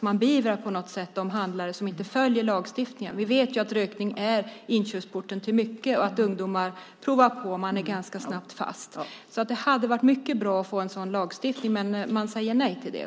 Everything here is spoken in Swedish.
Man skulle på något sätt beivra de handlare som inte följer lagstiftningen. Vi vet ju att rökning är inkörsporten till mycket och att ungdomar provar på och ganska snabbt är fast. Det hade varit mycket bra att få en sådan lagstiftning. Men regeringen säger nej till det.